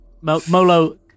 molo